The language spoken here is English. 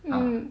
mmhmm